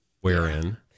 Wherein